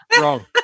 wrong